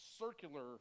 circular